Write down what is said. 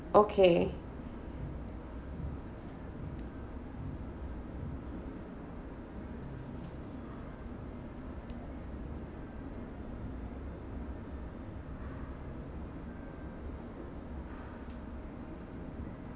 okay